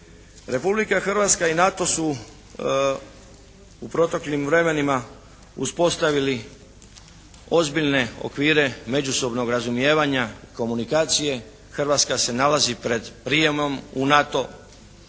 Republika Hrvatska i NATO su u proteklim vremenima uspostavili ozbiljne okvire međusobnog razumijevanja komunikacije, Hrvatska se nalazi pred prijemom u NATO.